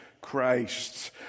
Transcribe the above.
Christ